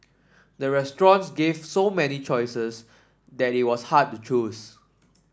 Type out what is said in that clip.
the restaurants gave so many choices that it was hard to choose